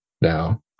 Now